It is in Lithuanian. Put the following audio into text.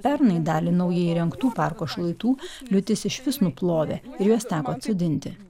pernai dalį naujai įrengtų parko šlaitų liūtis išvis nuplovė ir juos teko atsodinti